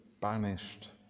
banished